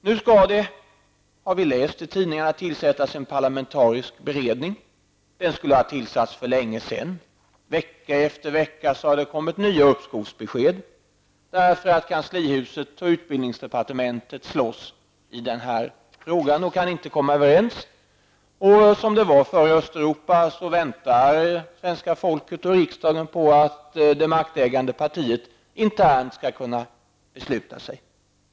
Nu skall det -- har vi läst i tidningarna -- tillsättas en parlamentarisk beredning. Den skulle ha tillsatts för länge sedan, men vecka efter vecka har det kommit nya uppskovsbesked därför att kanslihuset och utbildningsdepartementet slåss i den här frågan och inte kan komma överens. Precis som det förr var i Östeuropa, så väntar nu svenska folket och riksdagen på att det maktägande partiet internt skall kunna besluta sig.